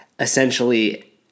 essentially